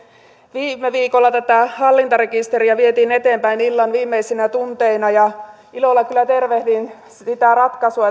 viime viikolla tätä hallintarekisteriä vietiin eteenpäin illan viimeisinä tunteina ilolla kyllä tervehdin sitä ratkaisua